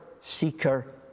seeker